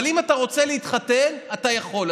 אבל אם אתה רוצה להתחתן, אתה יכול.